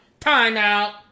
Timeout